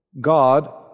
God